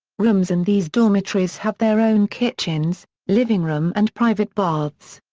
rooms in these dormitories have their own kitchens, living room and private baths.